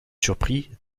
surpris